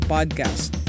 Podcast